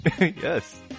Yes